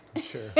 Sure